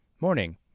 Morning